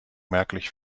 merklich